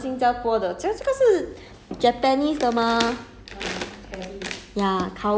ya very different from 我们买的 lor like 我们新加坡的这个这个是